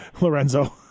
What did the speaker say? Lorenzo